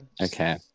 Okay